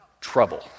Trouble